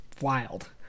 Wild